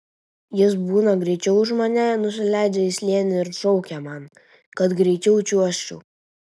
jis būna greičiau už mane nusileidžia į slėnį ir šaukia man kad greičiau čiuožčiau